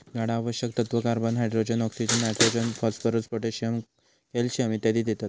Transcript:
झाडा आवश्यक तत्त्व, carbon, hydrogen, oxygen, nitrogen, phosphorus, potassium, calcium इत्यादी देतत